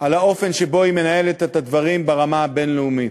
על האופן שבו היא מנהלת את הדברים ברמה הבין-לאומית.